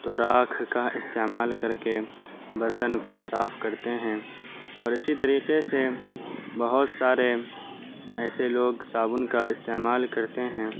تو راکھ کا استعمال کر کے برتن کو صاف کرتے ہیں اور اسی طریقے سے بہت سارے ایسے لوگ صابن کا استعمال کرتے ہیں